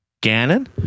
Gannon